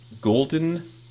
golden